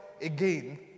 again